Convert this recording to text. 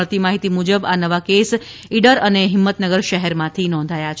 મળતી માહિતી મુજબ આ નવા કેસ ઇડર અને ફિંમતનગર શહેરમાં નોંધાયા છે